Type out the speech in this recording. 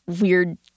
weird